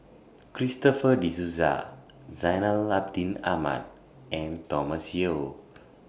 Christopher De Souza Zainal Abidin Ahmad and Thomas Yeo